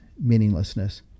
meaninglessness